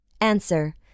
Answer